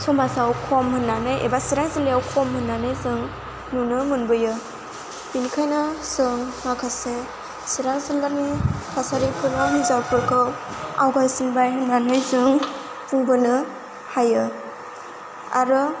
समाजाव खम होननानै एबा सिरां जिल्लायाव खम होननानै जों नुनो मोनबोयो बेनिखायनो जों माखासे सिरां जिल्लानि थासारिफोराव हिनजावफोरखौ आवगायसिनबाय होननानै जों बुंबोनो हायो आरो